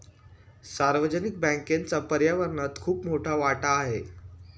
सार्वजनिक बँकेचा पर्यावरणात खूप मोठा वाटा आहे